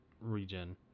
regen